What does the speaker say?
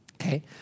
Okay